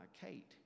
Kate